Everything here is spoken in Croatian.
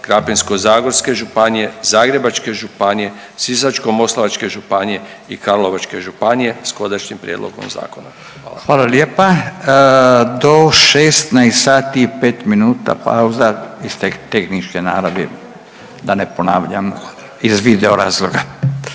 Krapinsko-zagorske županije, Zagrebačke županije, Sisačko-moslavačke županije i Karlovačke županije s konačnim prijedlogom zakona. Hvala. **Radin, Furio (Nezavisni)** Hvala lijepa. Do 16 sati i 5 minuta pauza iz, tehničke naravi da ne ponavljam, iz video razloga.